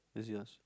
that's yours